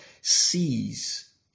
sees